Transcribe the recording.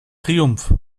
triumph